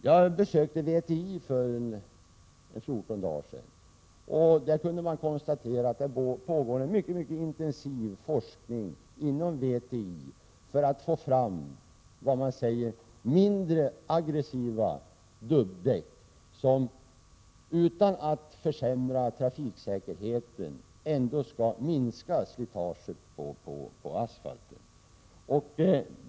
Jag besökte VTI för fjorton dagar sedan, och där pågår en mycket intensiv forskning för att få fram vad man kallar mindre aggressiva dubbdäck som, utan att försämra trafiksäkerheten, skall minska slitaget på asfalten.